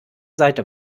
seite